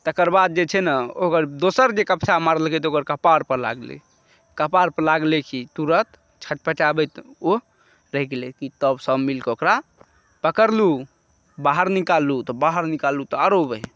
तकर बाद जे छै ने ओकर दोसर जे कप्छा मारलकै तऽ ओकर कपार पर लागलै कपार पर लागलै कि तुरत छटपटाबैत ओ रहि गेलै कि तब सब मिल कऽ ओकरा पकड़लहुॅं बाहर निकाललहुॅं तऽ आरौ बहि